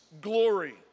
glory